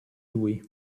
lui